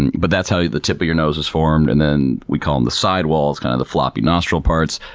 and but that's how the tip of your nose is formed. and then, we call them the sidewalls, kind of the floppy nostril parts.